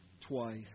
twice